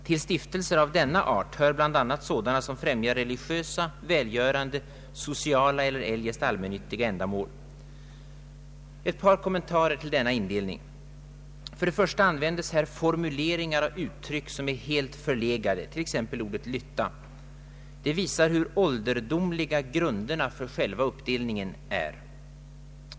Till stiftelser av denna art hör sådana som främjar religiösa, välgörande, sociala eller eljest allmännyttiga ändamål. Jag vill göra ett par kommentarer till denna indelning. För det första används här formuleringar och uttryck som är helt förlegade, t.ex. ordet ”Ilytta”. Det visar hur ålderdomliga grunderna för själva uppdelningen är.